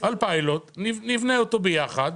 הסכמה על פיילוט שנבנה אותו ביחד.